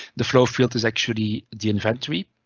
the flow field is actually the inventory,